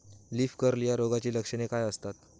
Leaf curl या रोगाची लक्षणे काय असतात?